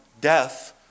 death